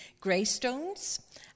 Greystones